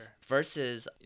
versus